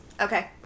okay